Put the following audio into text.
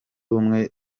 ubumwe